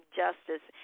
justice